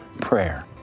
prayer